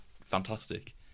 fantastic